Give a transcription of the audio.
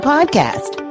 Podcast